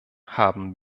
haben